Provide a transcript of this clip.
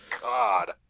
God